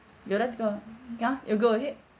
you'd like to go come you go ahead